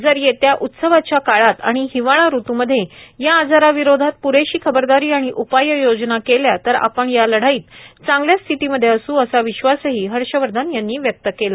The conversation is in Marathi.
जर येत्या उत्सवाच्या काळात आणि हिवाळा ऋत्मधे या आजाराविरोधात प्रेशी खबरदारी आणि उपाययोजना केल्या तर आपण या लढाईत चांगल्या स्थितीमधे असू असा विश्वासही हर्षवर्धन यांनी व्यक्त केला